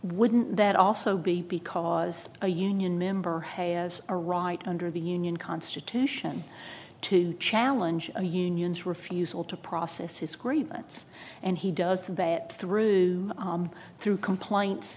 wouldn't that also be because a union member has a right under the union constitution to challenge a unions refusal to process his grievance and he does the bat through through complaint